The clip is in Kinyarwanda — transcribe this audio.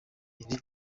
iri